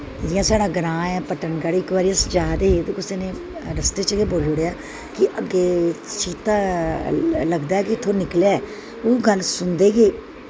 जि'यां साढ़ा ग्रांऽ ऐ पटनगढ़ ते इक बारी अस जा दे हे ते कुसै नै रस्ते च गै बोल्ली ओड़ेआ कि अग्गै चीता लगदा ऐ कि इत्थुआं निकलेआ ऐ ओह् गल्ल सुनदे गै